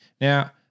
Now